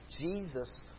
Jesus